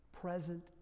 present